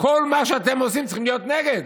בוודאי שאנחנו צריכים להיות נגד.